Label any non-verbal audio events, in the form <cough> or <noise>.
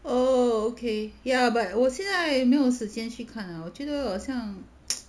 oh okay ya but 我现在没有时间去看 ah 我觉得好像 <noise>